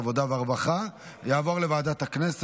להלן תוצאות ההצבעה: 13 בעד, אין מתנגדים.